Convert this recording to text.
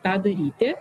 ką daryti